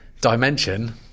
dimension